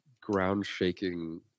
ground-shaking